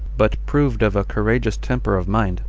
but proved of a courageous temper of mind,